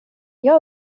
jag